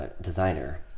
designer